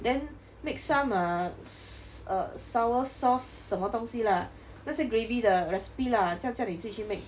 then make some err sour sauce 什么东西 lah 那些 gravy 的 recipe lah 叫叫你自己去 make